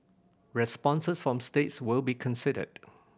responses from states will be considered